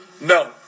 No